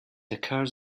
occurs